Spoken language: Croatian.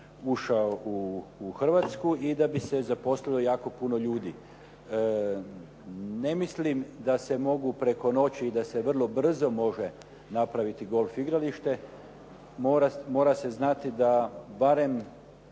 ušao u Hrvatsku i da bi se zaposlilo jako puno ljudi. Ne mislim da se mogu preko noći i da se vrlo brzo može napraviti golf igralište. Mora se znati da barem